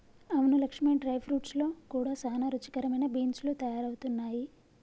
అవును Lakshmi dry fruits లో కూడా సానా రుచికరమైన బీన్స్ లు తయారవుతున్నాయి